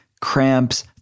cramps